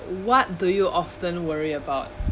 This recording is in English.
what do you often worry about